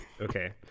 Okay